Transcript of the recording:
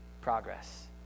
progress